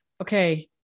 Okay